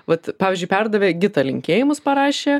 vat pavyzdžiui perdavė gita linkėjimus parašė